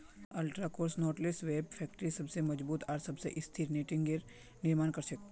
ultra cross knotless web factory सबस मजबूत आर सबस स्थिर नेटिंगेर निर्माण कर छेक